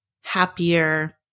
happier